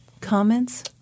Comments